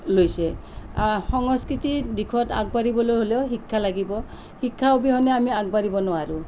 লৈছে সংস্কৃতিৰ দিশত আগবাঢ়িবলৈ হ'লেও শিক্ষা লাগিব শিক্ষা অবিহনে আমি আগবাঢ়িব নোৱাৰোঁ